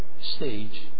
stage